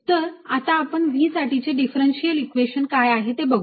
तर आता आपण V साठीचे डिफरंशिअल इक्वेशन काय आहे ते बघू या